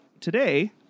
today